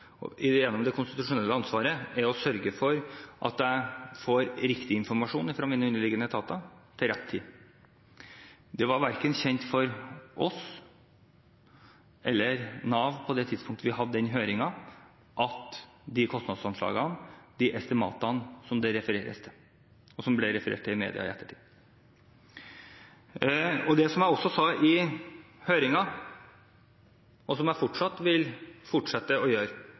gjennom det konstitusjonelle ansvaret er å sørge for at jeg får riktig informasjon fra mine underliggende etater til riktig tid. På det tidspunktet vi hadde høringen, var de kostnadsanslagene – estimatene – som det refereres til, og som det ble referert til i media i ettertid, ikke kjent verken for oss eller for Nav. Det jeg også sa i høringen – og som jeg vil fortsette